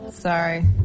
Sorry